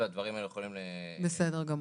בסדר גמור.